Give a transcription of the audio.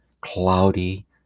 cloudy